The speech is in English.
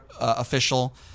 official